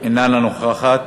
איננה נוכחת.